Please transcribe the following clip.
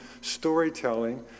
storytelling